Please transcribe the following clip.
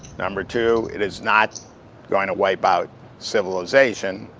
number two, it is not going to wipe out civilization,